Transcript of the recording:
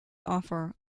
offer